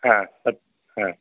ह उत् ह